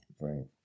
Right